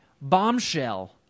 Bombshell